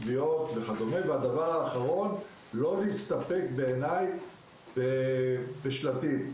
טביעות וכד'; 3. בעיניי אין להסתפק בשלטים.